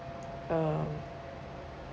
um